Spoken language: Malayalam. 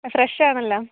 ഫ്രഷ് ആണല്ലോ